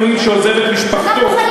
קבלה.